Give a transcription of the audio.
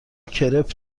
کرپ